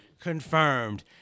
confirmed